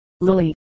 Lily